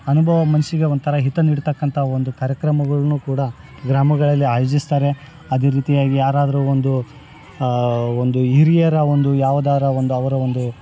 ಅನುಭವ ಮನಸ್ಸಿಗೆ ಒಂಥರ ಹಿತ ನೀಡ್ತಕ್ಕಂಥ ಒಂದು ಕಾರ್ಯಕ್ರಮಗಳನ್ನ ಕೂಡ ಗ್ರಾಮಗಳಲ್ಲಿ ಆಯೋಜಿಸ್ತಾರೆ ಅದೇ ರೀತಿಯಾಗಿ ಯಾರಾದರು ಒಂದು ಒಂದು ಹಿರಿಯರ ಒಂದು ಯಾವುದಾರು ಒಂದು ಅವರ ಒಂದು